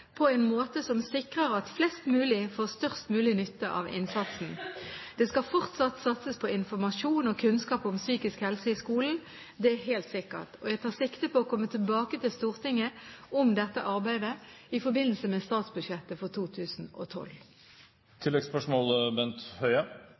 på en måte som sikrer at flest mulig får størst mulig nytte av innsatsen. Det skal fortsatt satses på informasjon og kunnskap om psykisk helse i skolen – det er helt sikkert. Jeg tar sikte på å komme tilbake til Stortinget med dette arbeidet i forbindelse med statsbudsjettet for